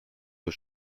vos